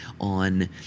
on